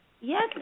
Yes